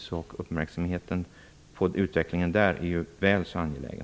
Därför är uppmärksamheten på utvecklingen där väl så angelägen.